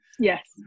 yes